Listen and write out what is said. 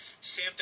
Sam